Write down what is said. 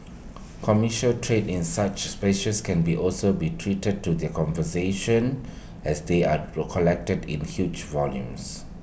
commercial trade in such species can be also be A threat to their conservation as they are collected in huge volumes